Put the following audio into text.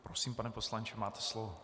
Prosím, pane poslanče, máte slovo.